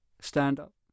stand-up